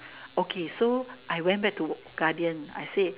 okay so I went back to Guardian I said